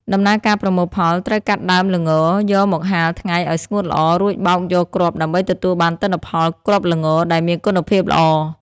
ដំណើរការប្រមូលផល ត្រូវកាត់ដើមល្ងយកមកហាលថ្ងៃឱ្យស្ងួតល្អ រួចបោកយកគ្រាប់ដើម្បីទទួលបានទិន្នផលគ្រាប់ល្ងដែលមានគុណភាពល្អ។